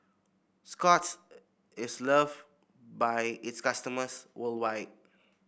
Scott's is love by its customers worldwide